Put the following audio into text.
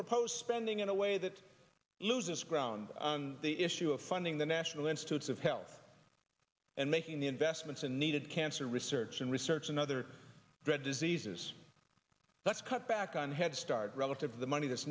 propose spending in a way that loses ground the issue of funding the national institutes of health and making the investments in needed cancer research and research another red diseases that's cut back on head start relative the money that's